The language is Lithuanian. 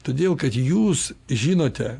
todėl kad jūs žinote